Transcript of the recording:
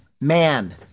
man